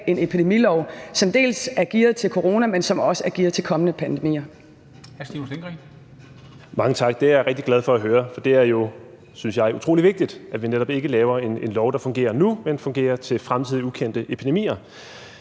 (Henrik Dam Kristensen): Hr. Stinus Lindgreen. Kl. 14:13 Stinus Lindgreen (RV): Mange tak. Det er jeg rigtig glad for at høre, for det er jo, synes jeg, utrolig vigtigt, at vi netop ikke laver en lov, der fungerer nu, men fungerer til fremtidige ukendte epidemier.